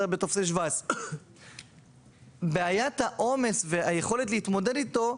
בטופסי 17. בעיית העומס והיכולת להתמודד איתו,